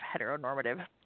heteronormative